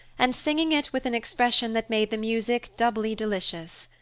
and singing it with an expression that made the music doubly delicious.